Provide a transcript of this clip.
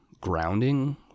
grounding